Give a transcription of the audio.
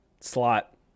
slot